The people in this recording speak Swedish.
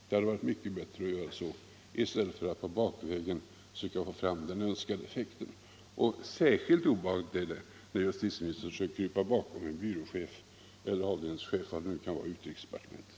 Det hade varit mycket bättre att göra så än att bakvägen söka åstadkomma den önskade effekten. Särskilt obehagligt är det när justitieministern försöker krypa bakom en byråchef eller avdelningschef — vad det nu kan vara — i utrikesdepartementet.